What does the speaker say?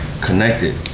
connected